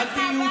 את זה.